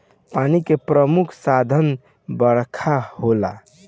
पानी के प्रमुख साधन बरखा होला